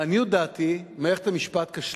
לעניות דעתי, מערכת המשפט כשלה.